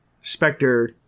Spectre